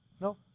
No